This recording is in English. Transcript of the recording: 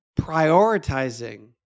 prioritizing